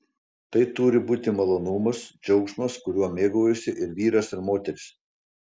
tai turi būti malonumas džiaugsmas kuriuo mėgaujasi ir vyras ir moteris